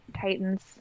titans